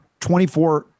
24